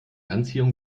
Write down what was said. anziehung